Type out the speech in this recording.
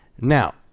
Now